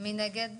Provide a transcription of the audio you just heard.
מי נגד?